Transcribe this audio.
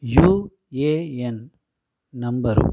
UAN number